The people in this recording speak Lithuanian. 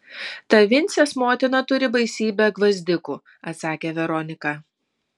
ta vincės motina turi baisybę gvazdikų atsakė veronika